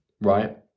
right